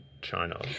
China